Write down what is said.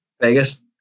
Vegas